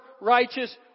righteous